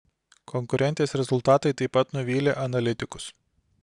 konkurentės rezultatai taip pat nuvylė analitikus